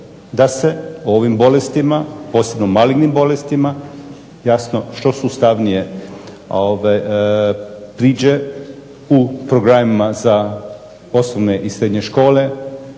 da se o ovim bolestima, posebno malignim bolestima jasno što sustavnije priđe u programima za osnovne i srednje škole.